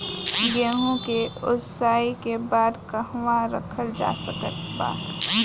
गेहूँ के ओसाई के बाद कहवा रखल जा सकत बा?